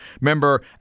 Remember